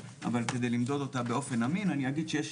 אבל כדי למדוד אותה באופן אמין אני אגיד שיש